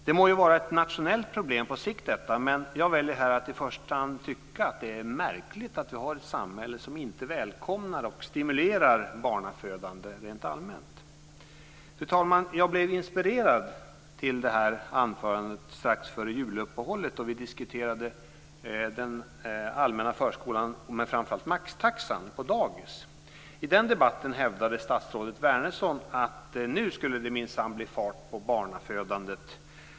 Detta må vara ett nationellt problem på sikt, men jag väljer att i första hand tycka att det är märkligt att vi har ett samhälle som inte välkomnar och stimulerar barnafödande rent allmänt. Fru talman! Jag blev inspirerad till detta anförande strax före juluppehållet då vi diskuterade den allmänna förskolan men framför allt maxtaxan på dagis. I den debatten hävdade statsrådet Wärnersson att det minsann skulle bli fart på barnafödandet.